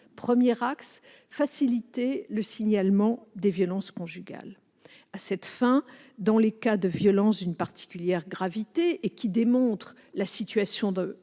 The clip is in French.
premier axe est de faciliter le signalement des violences conjugales. À cette fin, dans les cas de violences d'une particulière gravité et qui démontrent la situation